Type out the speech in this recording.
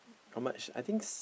how much I think